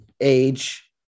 age